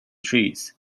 trees